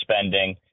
spending